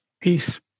Peace